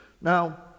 Now